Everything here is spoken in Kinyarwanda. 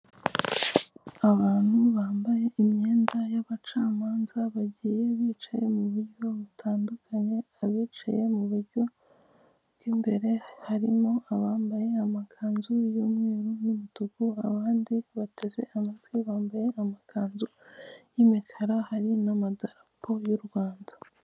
Abantu bambaye imyenda y'abacamanza bagiye bicaye mu buryo butandukanye abicaye mu buryo bw'imbere harimo abambaye amakanzu y'umweru n'umutuku abandi bateze amatwi bambaye amakanzu y'imikara hari n'amadarapo y'u Rwanda.